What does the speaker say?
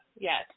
yes